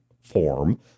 form